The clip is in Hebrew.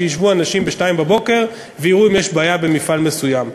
שישבו אנשים ב-02:00 ויראו אם יש בעיה במפעל מסוים.